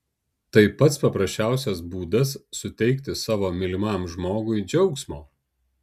tai pats paprasčiausias būdas suteikti savo mylimam žmogui džiaugsmo